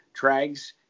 Trags